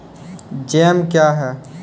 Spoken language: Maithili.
जैम क्या हैं?